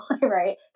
right